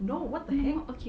no what the heck